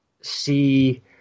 see